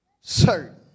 certain